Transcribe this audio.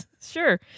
sure